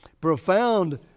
profound